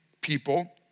people